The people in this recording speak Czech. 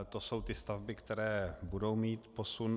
To jsou stavby, které budou mít posun.